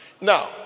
Now